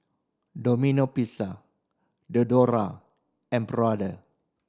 Domino Pizza Diadora and Brother